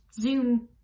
Zoom